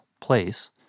place